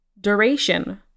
Duration